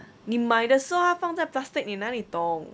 你买的时候他放在 plastic 你那里懂